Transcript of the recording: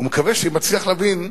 ומקווה שאם אצליח להבין,